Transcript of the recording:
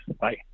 bye